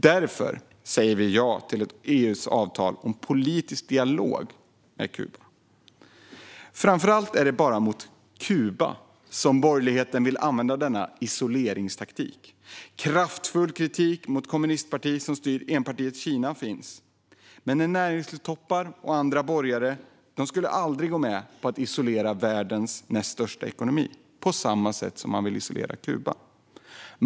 Därför säger vi ja till EU:s avtal om politisk dialog med Kuba. Framför allt är det bara mot Kuba som borgerligheten vill använda denna isoleringstaktik. Det finns kraftfull kritik mot kommunistpartiet som styr enpartistaten Kina. Men näringslivstoppar och andra borgare skulle aldrig gå med på att isolera världens näst största ekonomi på samma sätt som man vill isolera Kuba.